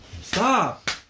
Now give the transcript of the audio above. Stop